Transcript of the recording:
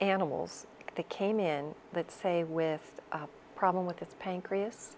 animals they came in that say with a problem with the pancreas